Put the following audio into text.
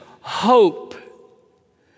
hope